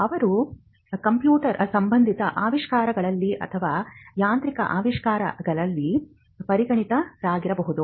ಅವರು ಕಂಪ್ಯೂಟರ್ ಸಂಬಂಧಿತ ಆವಿಷ್ಕಾರಗಳಲ್ಲಿ ಅಥವಾ ಯಾಂತ್ರಿಕ ಆವಿಷ್ಕಾರಗಳಲ್ಲಿ ಪರಿಣತಿ ಹೊಂದಿರಬಹುದು